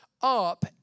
up